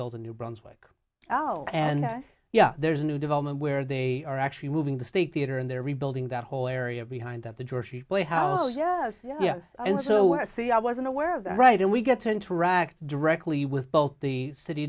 built in new brunswick oh and yeah there's a new development where they are actually moving the state theatre and they're rebuilding that whole area behind at the door she explained how yeah yeah yeah and so see i wasn't aware of that right and we get to interact directly with both the city